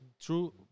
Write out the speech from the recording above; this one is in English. true